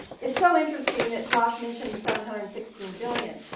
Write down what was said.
it's so interesting that josh mentioned the seven hundred and sixteen billion.